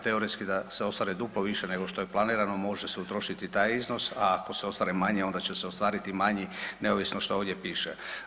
Teoretski, da se ostvare duplo više nego što je planirano, može se utrošiti taj iznos, a ako se ostvare manji, onda će se ostvariti manji, neovisno što ovdje piše.